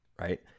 right